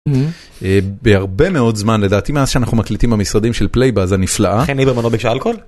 בהרבה מאוד זמן, לדעתי מאז שאנחנו מקליטים במשרדים של פלייבאז הנפלאה. -חן ליברמן לא ביקשה אלכוהול?